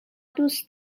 دوست